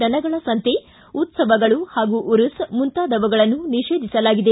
ದನಗಳ ಸಂತೆ ಉತ್ಸವಗಳು ಹಾಗೂ ಉರುಸ ಮುಂತಾದವುಗಳನ್ನು ನಿಷೇಧಿಸಲಾಗಿದೆ